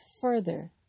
further